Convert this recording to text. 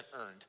earned